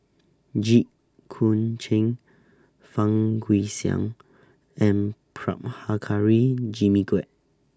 Jit Koon Ch'ng Fang Guixiang and Prabhakara Jimmy Quek